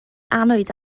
annwyd